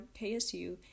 KSU